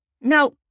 Now